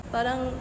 Parang